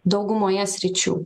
daugumoje sričių